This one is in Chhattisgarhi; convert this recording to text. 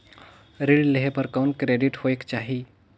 ऋण लेहे बर कौन क्रेडिट होयक चाही?